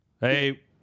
Hey